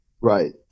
Right